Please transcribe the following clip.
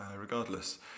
regardless